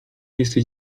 jesteś